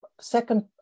second